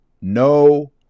no